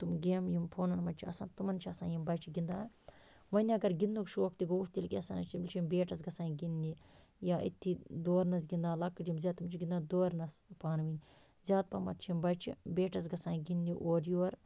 تِم گیمہٕ یِم فونَن مَنٛز چھِ آسان تِمن چھِ آسان یِم بَچہِ گِنٛدان وۄنۍ اگر گِنٛدنُک شوق تہِ گوٚوُس تیٚلہِ کیاہ سَنا چھِ یِم چھِ بیٹَس گَژھان گِنٛدنہِ یا أتھی دورنَس گِندان لۄکٕٹۍ یِم زیاد تِم چھِ گِنٛدان دورنَس پانونۍ زیاد پَہمَتھ چھِ یِم بَچہِ بیٹَس گَژھان گِنٛدنہِ اور یور